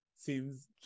seems